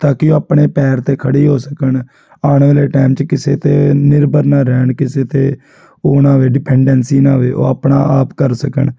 ਤਾਂ ਕਿ ਆਪਣੇ ਪੈਰ 'ਤੇ ਖੜ੍ਹੇ ਹੋ ਸਕਣ ਆਉਣ ਵਾਲੇ ਟਾਈਮ 'ਚ ਕਿਸੇ 'ਤੇ ਨਿਰਭਰ ਨਾ ਰਹਿਣ ਕਿਸੇ 'ਤੇ ਉਹਨਾਂ ਵਿੱਚ ਡਿਪੈਂਡੈਂਸੀ ਨਾ ਹੋਵੇ ਉਹ ਆਪਣਾ ਆਪ ਕਰ ਸਕਣ